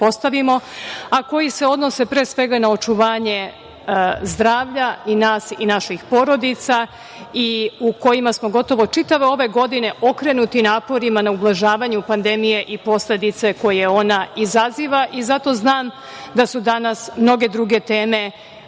a koji se odnose, pre svega na očuvanje zdravlja i nas i naših porodica i u kojima smo čitave ove godine okrenuti naporima na ublažavanju pandemije i posledice koje ona izaziva i zato znam da su danas mnoge druge teme